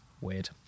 weird